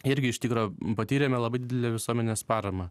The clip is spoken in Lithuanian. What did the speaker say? irgi iš tikro patyrėme labai didelę visuomenės paramą